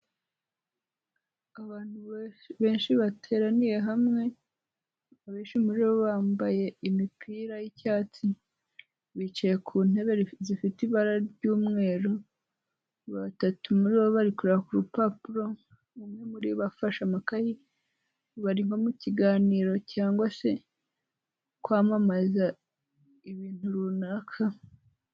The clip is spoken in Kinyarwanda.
Abantu benshi bateraniye hamwe, abenshi muri bo bambaye imipira y'icyatsi, bicaye ku ntebe zifite ibara ry'umweru, batatu muri bo bari kure ku rupapuro, umwe muri bo afashe amakaye, bari nko mu kiganiro cyangwa se kwamamaza ibintu runaka.